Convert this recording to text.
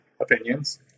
opinions